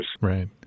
Right